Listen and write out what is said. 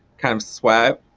kind of sweat.